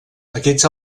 aquests